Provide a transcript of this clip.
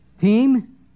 team